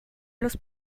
los